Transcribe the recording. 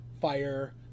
fire